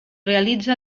realitza